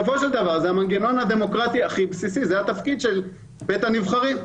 בסופו של דבר מדובר במנגנון הדמוקרטי הבסיסי וזה התפקיד של בית הנבחרים.